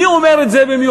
אני אומר את זה במיוחד,